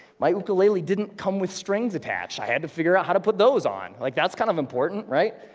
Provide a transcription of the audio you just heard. my ukulele didn't come with strings attached. i had to figure out how to put those on. like, that's kind of important, right?